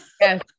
Yes